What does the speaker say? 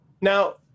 Now